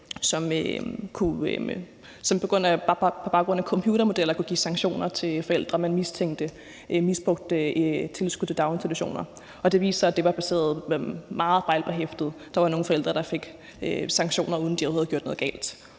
man på baggrund af computermodeller kunne give sanktioner til forældre, man mistænkte for at misbruge tilskud til daginstitutioner. Det viste sig at være meget fejlbehæftet; der var nogle forældre, der fik sanktioner, uden at de overhovedet havde gjort noget galt.